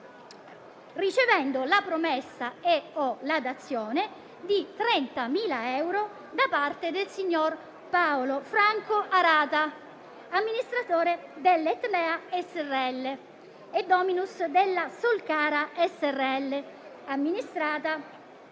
ricevendo la promessa e/o la dazione di 30.000 euro da parte del signor Paolo Franco Arata, amministratore dell'Etnea srl e *dominus* della Solcara srl, amministrata